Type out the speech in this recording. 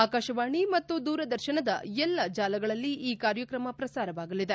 ಆಕಾಶವಾಣಿ ಮತ್ತು ದೂರದರ್ಶನದ ಎಲ್ಲ ಜಾಲಗಳಲ್ಲಿ ಈ ಕಾರ್ಯಕ್ರಮ ಪ್ರಸಾರವಾಗಲಿದೆ